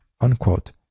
unquote